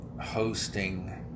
hosting